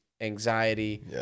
anxiety